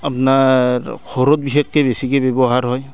আপোনাৰ ঘৰত বিশেষকৈ বেছিকৈ ব্যৱহাৰ হয়